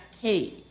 cave